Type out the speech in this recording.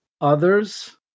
others